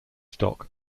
stock